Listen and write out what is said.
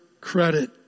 credit